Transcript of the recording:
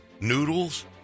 noodles